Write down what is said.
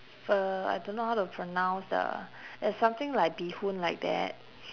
ver~ I don't know how to pronounce the it's something like bee hoon like that